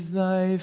thy